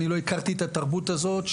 אני לא הכרתי את התרבות הזאת,